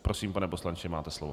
Prosím, pane poslanče, máte slovo.